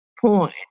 point